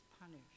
punished